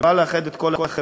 שבא לאחד את כל החברה,